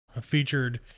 featured